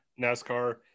NASCAR